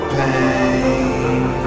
pain